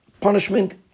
punishment